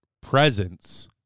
presence